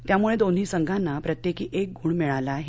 त्यामुळे दोन्ही संघांना प्रत्येकी एक गुण मिळाला आहे